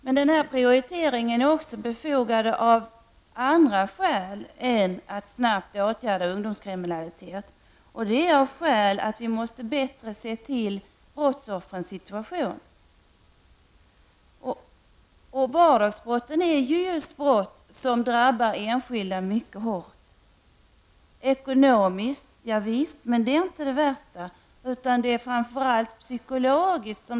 Men denna prioritering är också befogad av andra skäl än att snabbt åtgärda ungdomskriminalitet, nämligen att vi mer måste se till brottsoffrens situation. Vardagsbrotten är just brott som drabbar enskilda mycket hårt ekonomiskt. Men det är inte det värsta, utan dessa brott drabbar framför allt psykologiskt.